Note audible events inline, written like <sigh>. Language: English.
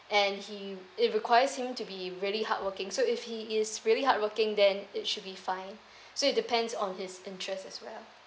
and he it requires him to be really hardworking so if he is really hard working then it should be fine <breath> so it depends on his interest as well